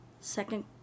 Second